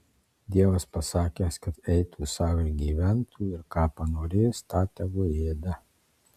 dievas pasakęs kad eitų sau ir gyventų ir ką panorės tą tegu ėda